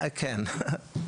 כן,